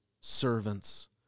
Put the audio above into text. servants